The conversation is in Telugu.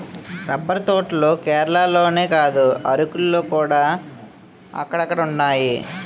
రబ్బర్ తోటలు కేరళలోనే కాదు అరకులోకూడా అక్కడక్కడున్నాయి